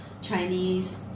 Chinese